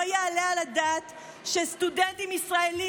לא יעלה על הדעת שסטודנטים ישראלים